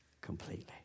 Completely